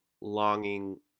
longing